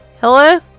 Hello